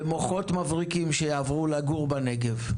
למוחות מבריקים שיעברו לגור בנגב.